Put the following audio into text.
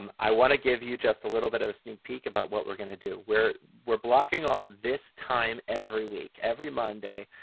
um i want to give you just a little bit of a sneak peek about what we're going to do. we're we're blocking off this time every week, every monday,